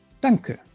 Danke